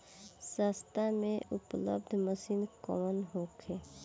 सस्ता में उपलब्ध मशीन कौन होखे?